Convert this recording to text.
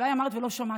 אולי אמרת ולא שמעתי,